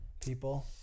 people